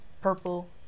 purple